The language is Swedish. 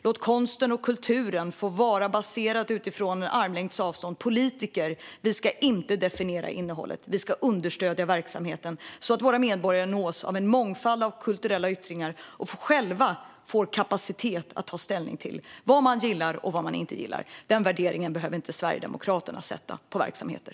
Låt konsten och kulturen vara baserade på en armlängds avstånd! Vi politiker ska inte definiera innehållet. Vi ska understödja verksamheten så att våra medborgare nås av en mångfald av kulturella yttringar och själva får kapacitet att ta ställning till vad de gillar och vad de inte gillar. Den värderingen behöver inte Sverigedemokraterna sätta på verksamheter.